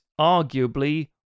arguably